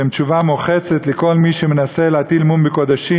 שהם תשובה מוחצת לכל מי שמנסה להטיל מום בקודשים